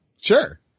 Sure